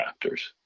raptors